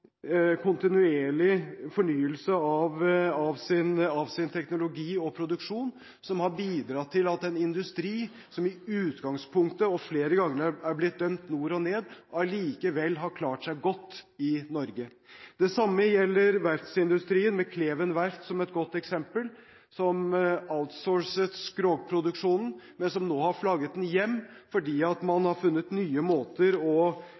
kontinuerlig fornyelse av sin teknologi og sin produksjon, som har bidratt til at en industri som i utgangspunktet ble – og flere ganger har blitt – dømt nord og ned, allikevel har klart seg godt i Norge. Det samme gjelder verftsindustrien, med Kleven Verft som et godt eksempel, som «outsourcet» skrogproduksjonen, men som nå har flagget den hjem, fordi man har funnet nye måter å